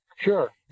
sure